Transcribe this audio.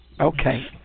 Okay